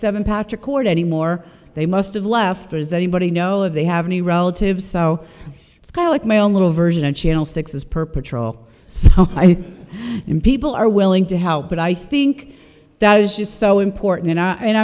seven patrick court anymore they must've left or is anybody know they have any relatives so it's kind of like my own little version of channel six as per patrol and people are willing to help but i think that is just so important and i